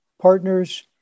partners